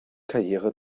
karriere